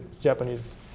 Japanese